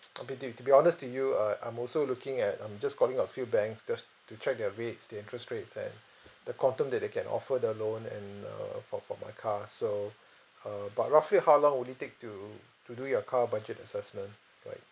I mean to be to be honest to you uh I'm also looking at I'm just calling a few banks just to check their rates the interest rate and the quantum that they can offer the loan and err for for my car so uh but roughly how long will it take to to do your car budget assessment right